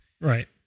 Right